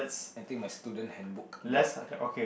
i think my student handbook